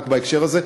רק בהקשר הזה,